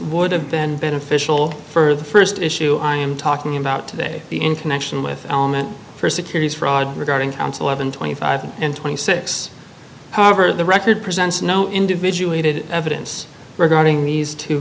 would have been beneficial for the st issue i am talking about today the in connection with element for securities fraud regarding counsel have been twenty five and twenty six however the record presents no individual dated evidence regarding the two